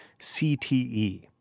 CTE